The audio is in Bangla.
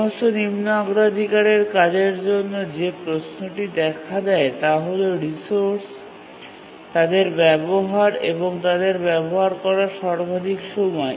সমস্ত নিম্ন অগ্রাধিকারের কাজের জন্য যে প্রশ্নটি দেখা দেয় তা হল রিসোর্স তাদের ব্যবহার এবং তাদের ব্যবহার করার সর্বাধিক সময়